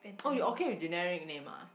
oh you okay with generic name ah